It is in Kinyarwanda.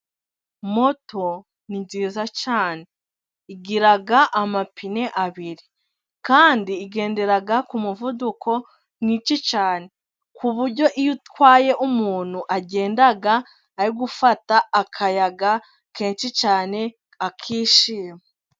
Moto ni nziza cyane. Igira amapine abiri. Kandi igendera ku muvuduko mwinshi cyane. Ku buryo iyo utwaye umuntu agenda ari gufata akayaga kenshi cyane akishima.